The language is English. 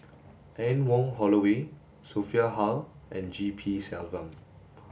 Anne Wong Holloway Sophia Hull and G P Selvam